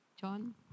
John